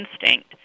instinct